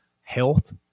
health